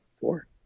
four